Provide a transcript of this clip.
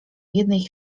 jednej